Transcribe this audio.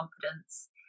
confidence